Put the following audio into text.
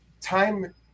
time